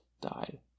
died